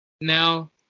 Now